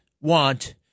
want